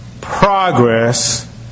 progress